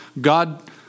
God